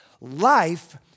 life